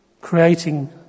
Creating